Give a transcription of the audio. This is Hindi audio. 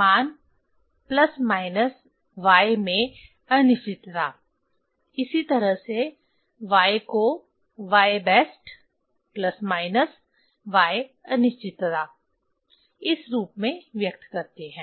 मान प्लस माइनस y में अनिश्चितता इसी तरह से y को y best plus minus y अनिश्चितता इस रूप में व्यक्त करते हैं